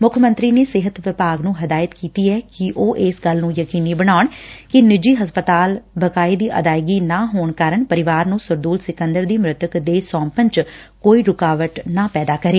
ਮੁੱਖ ਮੰਤਰੀ ਨੇ ਸਿਹਤ ਵਿਭਾਗ ਨੂੰ ਹਦਾਇਤ ਕੀਤੀ ਐ ਕਿ ਉਹ ਇਸ ਗੱਲ ਨੂੰ ਯਕੀਨੀ ਬਣਾਉਣ ਕਿ ਨਿੱਜੀ ਹਸਪਤਾਲ ਬਕਾਏ ਦੀ ਅਦਾਇਗੀ ਨਾ ਹੈਣ ਕਾਰਨ ਪਰਿਵਾਰ ਨੂੰ ਸਰਦੂਲ ਸਿਕੰਦਰ ਦੀ ਮ੍ਰਿਤਕ ਦੇਹ ਸੌਂਪਣ ਚ ਕੋਈ ਰੁਕਾਵਟ ਨਾ ਪੈਦਾ ਕਰੇ